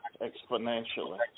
exponentially